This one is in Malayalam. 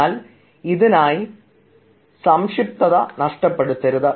എന്നാൽ ഇതിനായി സംക്ഷിപ്തത നഷ്ടപ്പെടുത്തരുത്